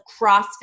CrossFit